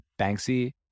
Banksy